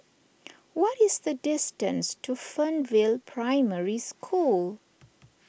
what is the distance to Fernvale Primary School